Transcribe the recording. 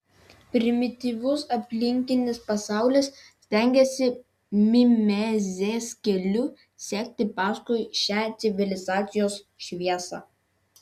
primityvus aplinkinis pasaulis stengiasi mimezės keliu sekti paskui šią civilizacijos šviesą